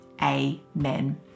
Amen